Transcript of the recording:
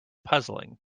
puzzling